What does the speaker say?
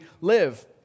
live